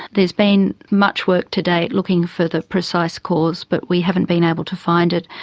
there has been much work to date looking for the precise cause, but we haven't been able to find it.